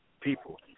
people